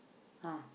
!huh!